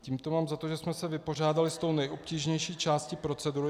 Tímto mám za to, že jsme se vypořádali s tou nejobtížnější částí procedury.